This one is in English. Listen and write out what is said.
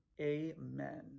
Amen